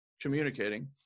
communicating